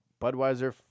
Budweiser